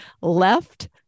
left